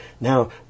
Now